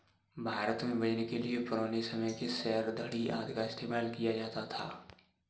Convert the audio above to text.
भारत में वजन के लिए पुराने समय के सेर, धडी़ आदि का इस्तेमाल किया जाता था